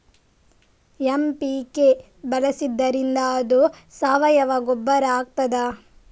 MPK ಬಳಸಿದ್ದರಿಂದ ಅದು ಸಾವಯವ ಗೊಬ್ಬರ ಆಗ್ತದ?